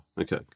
okay